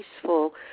peaceful